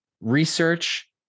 research